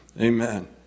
Amen